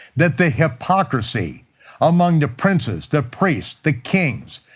that the hypocrisy among the princes, the priests, the kings,